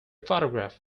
photograph